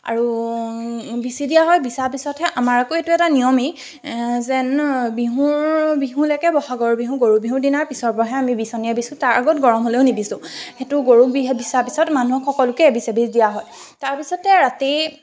আৰু বিচি দিয়া হয় বিচাৰ পিছতহে আমাৰ আকৌ এইটো এটা নিয়মেই যেন বিহু বিহুলৈকে ব'হাগৰ বিহু গৰু বিহুদিনাৰ পিছৰ পৰাহে আমি বিচনীৰে বিচোঁ তাৰ আগত গৰম হ'লেই নিবিচো সেইটো গৰুক বিচা পিছত মানুহক সকলোকে এবিচ এবিচ দিয়া হয় তাৰ পিছতে ৰাতি